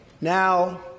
Now